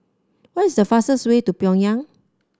what is the fastest way to Pyongyang